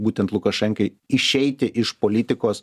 būtent lukašenkai išeiti iš politikos